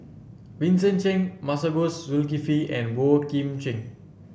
Vincent Cheng Masagos Zulkifli and Boey Kim Cheng